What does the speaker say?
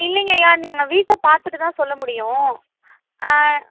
இல்லைங்கய்யா நீங்கள் வீட்டை பார்த்துட்டுதான் சொல்ல முடியும் ஆ